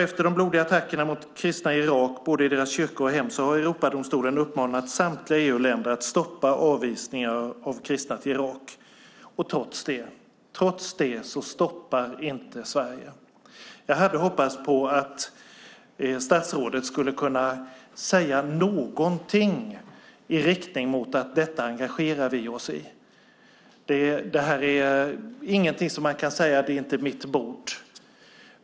Efter de blodiga attackerna mot kristna i Irak, både i deras kyrkor och i deras hem, har Europadomstolen uppmanat samtliga EU-länder att stoppa avvisningar av kristna till Irak. Trots det stoppar inte Sverige utvisningarna. Jag hade hoppats att statsrådet skulle kunna säga någonting i riktning mot att detta engagerar vi oss i. Det här är ingenting som man kan säga att det inte är vårt bord.